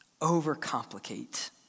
overcomplicate